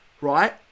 right